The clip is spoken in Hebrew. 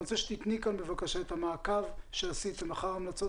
אני רוצה שתתני כאן את המעקב שעשיתם אחר המלצות